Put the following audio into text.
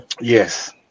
Yes